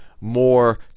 more